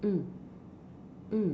mm mm